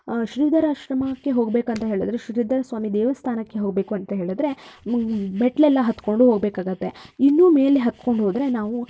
ಶ್ರೀಧರ ಆಶ್ರಮಕ್ಕೆ ಹೋಗಬೇಕಂತ ಹೇಳಿದ್ರೆ ಶ್ರೀಧರ ಸ್ವಾಮಿ ದೇವಸ್ಥಾನಕ್ಕೆ ಹೋಗಬೇಕುಅಂತ ಹೇಳಿದ್ರೆ ಮೆಟ್ಲೆಲ್ಲ ಹತ್ಕೊಂಡು ಹೋಗಬೇಕಾಗತ್ತೆ ಇನ್ನೂ ಮೇಲೆ ಹತ್ಕೊಂಡು ಹೋದರೆ ನಾವು